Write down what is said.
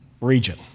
region